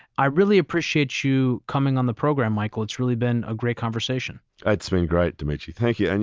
i really appreciate you coming on the program, michael. it's really been a great conversation. it's been great demetri, thank you. and